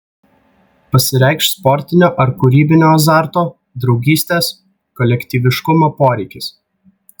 pasireikš sportinio ar kūrybinio azarto draugystės kolektyviškumo poreikis